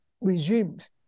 regimes